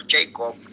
Jacob